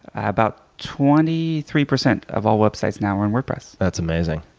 about twenty three percent of all websites now are on wordpress. that's amazing.